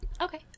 okay